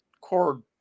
cord